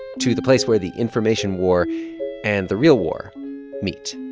to the place where the information war and the real war meet